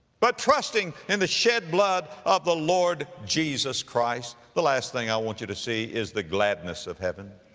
but trusting in the shed blood of the lord jesus christ. the last thing i want you to see is the gladness of heaven,